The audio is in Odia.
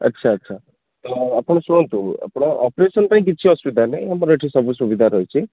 ଆଚ୍ଛା ଆଚ୍ଛା ତ ଆପଣ ଶୁଣନ୍ତୁ ଆପଣ ଅପେରସନ ପାଇଁ କିଛି ଅସୁବିଧା ନାହିଁ ଆମର ଏଠି ସବୁ ସୁବିଧା ରହିଛି